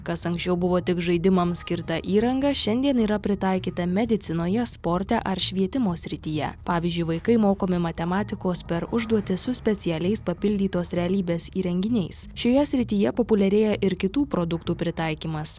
kas anksčiau buvo tik žaidimams skirta įranga šiandien yra pritaikyta medicinoje sporte ar švietimo srityje pavyzdžiui vaikai mokomi matematikos per užduotis su specialiais papildytos realybės įrenginiais šioje srityje populiarėja ir kitų produktų pritaikymas